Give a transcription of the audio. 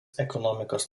ekonomikos